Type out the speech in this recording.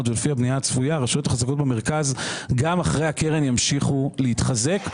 ולפי הבנייה הצפויה - גם אחרי הקרן ימשיכו להתחזק.